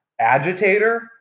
agitator